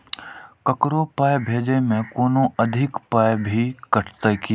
ककरो पाय भेजै मे कोनो अधिक पाय भी कटतै की?